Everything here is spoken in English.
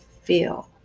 feel